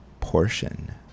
portion